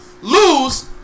lose